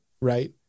right